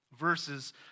verses